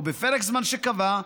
או בפרק זמן שקבע,